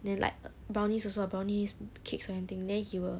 then like brownies also ah brownies cakes or anything then he will